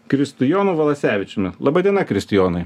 kristijonu valasevičiumi laba diena kristijonai